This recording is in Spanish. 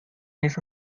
esa